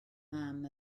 mam